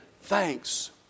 thanks